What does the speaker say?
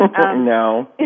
No